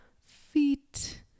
feet